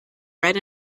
red